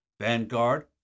Vanguard